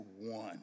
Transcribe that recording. one